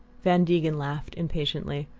van degen laughed impatiently.